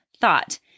thought